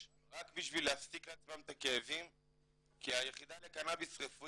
הדברים וזה בטוח רק פרומיל מהתחושה הקשה והחוויה הקשה